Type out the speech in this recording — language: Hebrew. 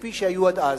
כפי שהיו עד אז.